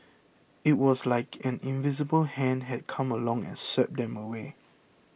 it was like an invisible hand had come along and swept them away